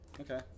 Okay